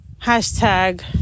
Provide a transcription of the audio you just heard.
Hashtag